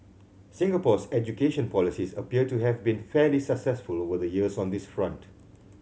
Singapore's education policies appear to have been fairly successful over the years on this front